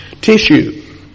tissue